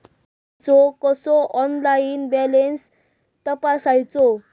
बँकेचो कसो online balance तपासायचो?